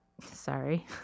sorry